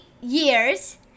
years